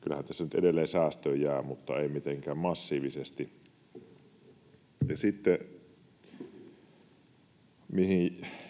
Kyllähän tässä nyt edelleen säästöön jää, mutta ei mitenkään massiivisesti. Ja sitten